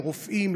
לרופאים,